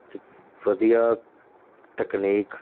ਅਤੇ ਵਧੀਆ ਤਕਨੀਕ